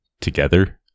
together